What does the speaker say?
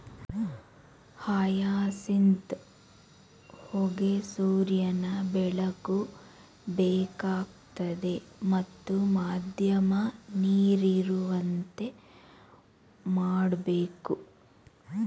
hyacinth ಹೂಗೆ ಸೂರ್ಯನ ಬೆಳಕು ಬೇಕಾಗ್ತದೆ ಮತ್ತು ಮಧ್ಯಮ ನೀರಿರುವಂತೆ ಮಾಡ್ಬೇಕು